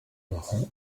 marins